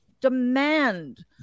demand